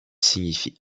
signifie